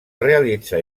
realitzar